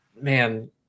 man